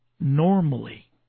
normally